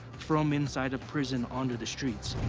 from inside of prison, onto the streets.